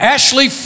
Ashley